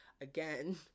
again